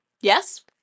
Yes